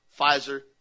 Pfizer